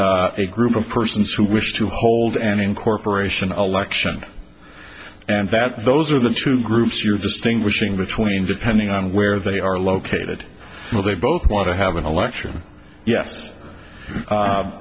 or a group of persons who wish to hold an incorporation of election and that those are the true groups you're distinguishing between depending on where they are located they both want to have an election yes